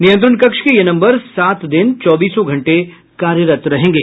नियंत्रण कक्ष के ये नम्बर सात दिन चौबीस घंटे कार्यरत रहेंगे